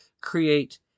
create